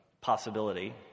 possibility